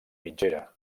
mitgera